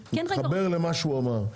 זה מתחבר למה שהוא אמר.